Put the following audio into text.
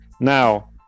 Now